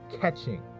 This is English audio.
catching